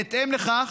בהתאם לכך,